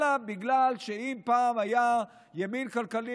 אלא בגלל שאם פעם היה ימין כלכלי,